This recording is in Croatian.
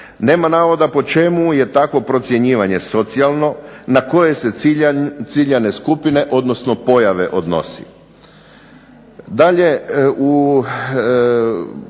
Nema navoda po čemu je takvo procjenjivanje socijalno, na koje se ciljane skupine odnosno pojave odnosi.